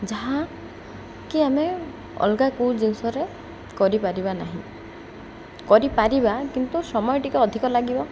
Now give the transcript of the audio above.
ଯାହା କି ଆମେ ଅଲଗା କେଉଁ ଜିନିଷରେ କରିପାରିବା ନାହିଁ କରିପାରିବା କିନ୍ତୁ ସମୟ ଟିକେ ଅଧିକ ଲାଗିବ